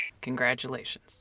Congratulations